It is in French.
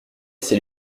ses